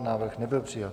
Návrh nebyl přijat.